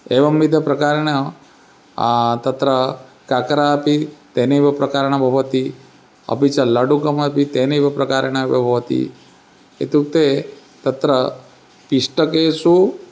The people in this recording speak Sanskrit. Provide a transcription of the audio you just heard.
एवं विध प्रकारेण तत्र काकरापि तेनैव प्रकारेण भवति अपि च लड्डुकमपि तेनैव प्रकारेण भवति इत्युक्ते तत्र पिष्टकेषु